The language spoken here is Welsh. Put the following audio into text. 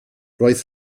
roedd